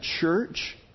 church